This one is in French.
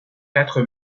quatre